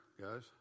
guys